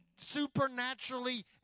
supernaturally